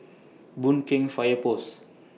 Boon Keng Fire Post